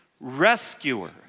rescuer